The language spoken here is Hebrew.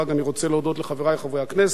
אני רוצה להודות לחברי חברי הכנסת,